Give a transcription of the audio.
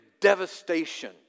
devastation